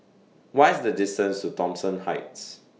What IS The distance to Thomson Heights